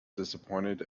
disappointed